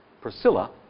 Priscilla